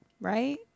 Right